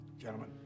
gentlemen